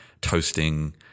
toasting